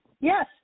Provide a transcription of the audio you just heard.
Yes